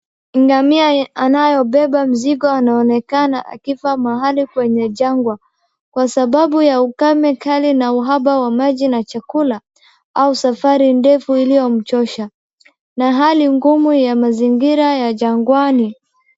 Ngamia anayebeba mzigo anaonekana akifa mahali kwenye jangwa kwa sababu ya ukame kali na uhaba wa maji na chakula au safari ndefu iliyomchosha na hali ngumu ya mazingira ya jangwani.